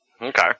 Okay